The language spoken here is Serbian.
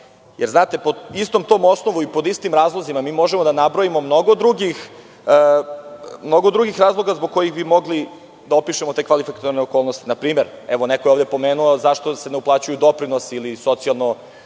izlaganju. Pod istim tim osnovom i pod istim razlozima, mi možemo da nabrojimo mnogo drugih razloga zbog kojih bih mogli da opišemo te kvalifikatorne okolnosti. Na primer, evo neko je pomenuo zašto se ne uplaćuju doprinosi ili socijalno